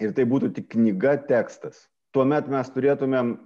ir tai būtų tik knyga tekstas tuomet mes turėtumėm